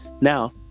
now